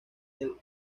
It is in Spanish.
del